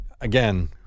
again